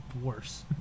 worse